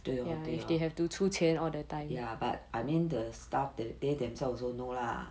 对 lor 对 lor but I mean the staff they themselves also know lah